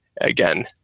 again